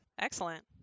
Excellent